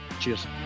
Cheers